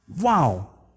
Wow